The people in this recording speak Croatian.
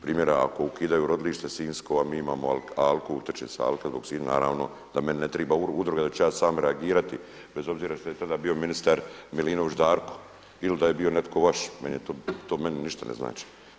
Primjera, ako ukidaju Rodilište sinjsko, a mi imamo alku … naravno da meni ne triba udruga da ću ja sam reagirati bez obzira što je tada bio ministar Milinović Darko ili da je bio netko vaš, to meni ništa ne znači.